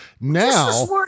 Now—